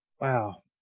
Wow